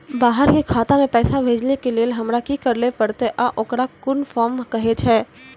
बाहर के खाता मे पैसा भेजै के लेल हमरा की करै ला परतै आ ओकरा कुन फॉर्म कहैय छै?